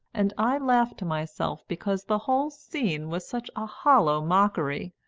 and i laughed to myself because the whole scene was such a hollow mockery.